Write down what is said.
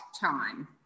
time